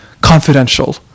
Confidential